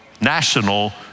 national